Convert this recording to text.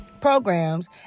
programs